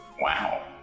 Wow